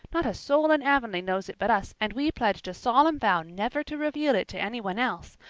not a soul in avonlea knows it but us, and we pledged a solemn vow never to reveal it to anyone else.